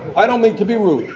i don't mean to be rude,